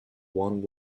one